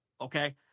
Okay